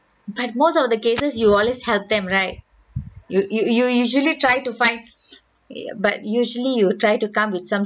but most of the cases you always help them right you you usually try to fight but usually you will try to come with some